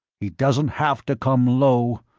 he doesn't have to come low,